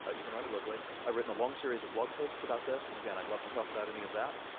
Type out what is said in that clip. ah you can run it locally, i've written a long series of blog posts about this and again i'd love to talk about any of that.